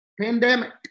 Pandemic